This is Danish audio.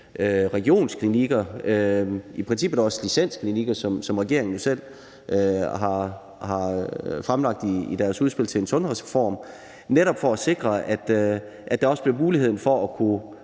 regionsklinikker, i princippet også licensklinikker, hvad regeringen jo selv har fremlagt forslag om i deres udspil til en sundhedsreform, netop for at sikre, at der også bliver mulighed for at kunne